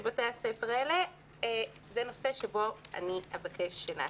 בתי הספר האלה הוא נושא שבו אבקש לעסוק.